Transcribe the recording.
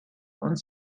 und